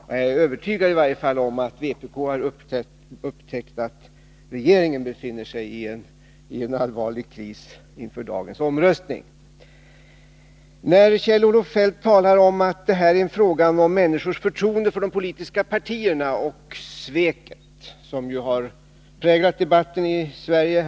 Jag är övertygad om att vpk i varje fall upptäckt att regeringen befinner sig i en allvarlig kris inför dagens omröstning. Kjell-Olof Feldt sade att det här är fråga om människors förtroende för de politiska partierna och berörde det tal om svek som under några år präglat debatten här i Sverige.